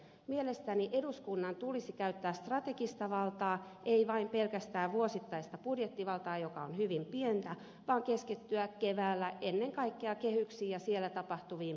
mielestäni eduskunnan tulisi käyttää strategista valtaa ei vain pelkästään vuosittaista budjettivaltaa joka on hyvin pientä vaan keskittyä keväällä ennen kaikkea kehyksiin ja siellä tapahtuviin priorisointeihin